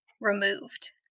removed